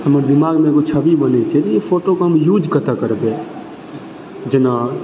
हमर दिमागमे एगो छवि बनैत छै जे एहि फोटोके हम यूज कतय करबै जेना